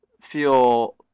feel